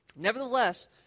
nevertheless